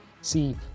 See